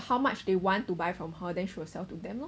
how much they want to buy from her then she will sell to them lah